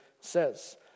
says